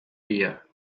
year